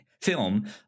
film